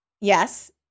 Yes